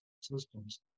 systems